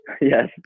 Yes